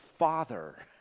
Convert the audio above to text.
father